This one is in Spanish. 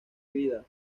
vida